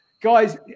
Guys